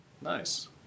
Nice